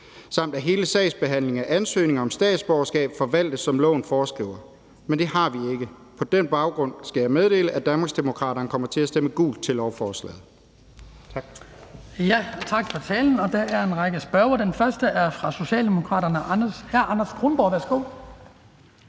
samt at hele sagsbehandlingen af ansøgninger om statsborgerskab forvaltes, som loven foreskriver. Men det har vi ikke. På den baggrund skal jeg meddele, at Danmarksdemokraterne kommer til at stemme gult til lovforslaget.